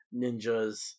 ninjas